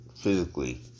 physically